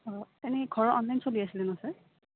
অঁ এনেই ঘৰৰ অনলাইন চলি আছিলে নহয় ছাৰ